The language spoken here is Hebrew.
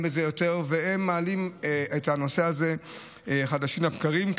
את זה יותר ומעלים את הנושא הזה חדשות לבקרים,